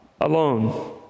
alone